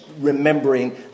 remembering